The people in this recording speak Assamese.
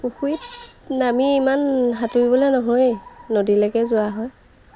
পুখুৰীত নামি ইমান সাঁতুৰিবলৈ নহয়ে নদীলৈকে যোৱা হয়